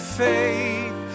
faith